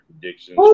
prediction